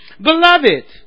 Beloved